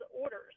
orders